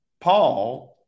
Paul